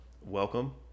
Welcome